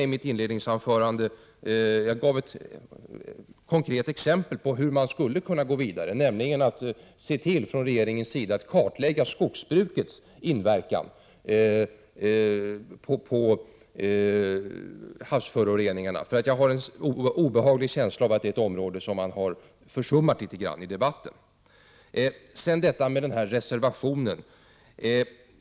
I mitt inledningsanförande gav jag t.o.m. ett konkret exempel på hur man skulle kunna gå vidare, nämligen att regeringen såg till att kartlägga skogsbrukets inverkan på havsföroreningarna. Jag har en obehaglig känsla av att det är ett område som har försummats litet grand i debatten. Sedan detta med reservationen.